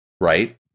right